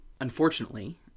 unfortunately